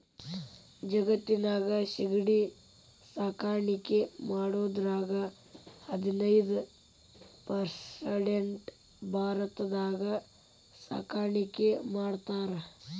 ಜಗತ್ತಿನ್ಯಾಗ ಸಿಗಡಿ ಸಾಕಾಣಿಕೆ ಮಾಡೋದ್ರಾಗ ಹದಿನೈದ್ ಪರ್ಸೆಂಟ್ ಭಾರತದಾಗ ಸಾಕಾಣಿಕೆ ಮಾಡ್ತಾರ